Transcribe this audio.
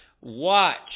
Watch